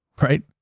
right